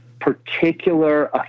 particular